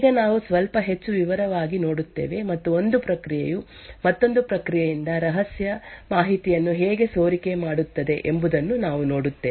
ಈಗ ನಾವು ಸ್ವಲ್ಪ ಹೆಚ್ಚು ವಿವರವಾಗಿ ನೋಡುತ್ತೇವೆ ಮತ್ತು ಒಂದು ಪ್ರಕ್ರಿಯೆಯು ಮತ್ತೊಂದು ಪ್ರಕ್ರಿಯೆಯಿಂದ ರಹಸ್ಯ ಮಾಹಿತಿಯನ್ನು ಹೇಗೆ ಸೋರಿಕೆ ಮಾಡುತ್ತದೆ ಎಂಬುದನ್ನು ನಾವು ನೋಡುತ್ತೇವೆ